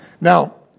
Now